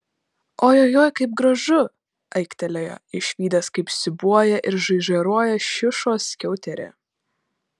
ojojoi kaip gražu aiktelėjo išvydęs kaip siūbuoja ir žaižaruoja šiušos skiauterė